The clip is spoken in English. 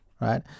right